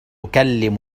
تكلم